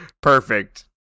Perfect